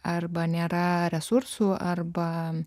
arba nėra resursų arba